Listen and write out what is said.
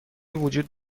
وجود